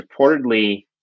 reportedly